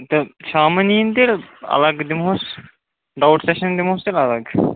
تہٕ شامَن یِیِنۍ تیٚلہِ اَلَگ دِمہوس ڈَاوُٹ سیٚشَن دِمہوس تیٚلہِ اَلَگ